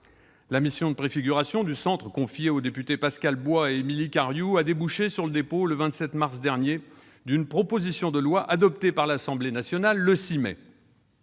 La mission de préfiguration du CNM, confiée aux députés Pascal Bois et Émilie Cariou, a débouché sur le dépôt, le 27 mars dernier, d'une proposition de loi adoptée par l'Assemblée nationale le 6 mai.